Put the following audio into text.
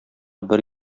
бер